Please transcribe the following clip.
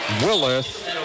Willis